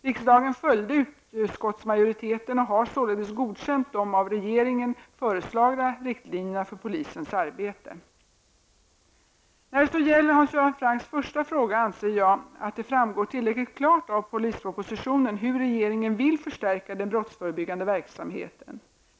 Riksdagen följde utskottsmajoriteten och har således godkänt de av regeringen föreslagna riktlinjerna för polisens arbete. När det så gäller Hans Göran Francks första fråga anser jag att det framgår tillräckligt klart av polispropositionen hur regeringen vill förstärka den brottsförebyggande verksamheten.